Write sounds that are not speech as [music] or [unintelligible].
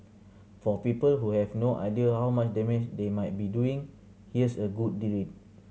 for people who have no idea how much damage they might be doing here's a good [unintelligible] read